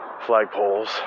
flagpoles